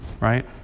right